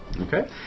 Okay